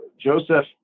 Joseph